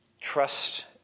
Trust